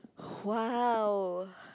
!wow!